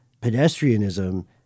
pedestrianism